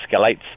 escalates